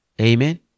Amen